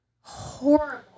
horrible